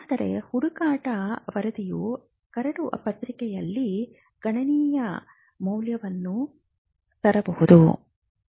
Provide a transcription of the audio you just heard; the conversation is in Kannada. ಆದರೆ ಹುಡುಕಾಟ ವರದಿಯು ಕರಡು ಪ್ರಕ್ರಿಯೆಯಲ್ಲಿ ಗಣನೀಯ ಮೌಲ್ಯವನ್ನು ತರಬಹುದು